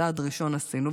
צעד ראשון עשינו,